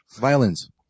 Violins